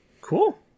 Cool